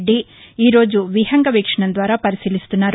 రెడ్డి ఈ రోజు విహంగ వీక్షణం ద్వారా పరిశీలిస్తున్నారు